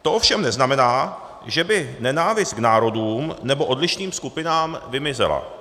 To ovšem neznamená, že by nenávist k národům nebo odlišným skupinám vymizela.